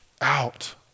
out